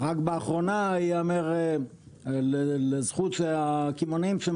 רק באחרונה ייאמר לזכות הקמעונאים שהם